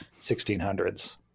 1600s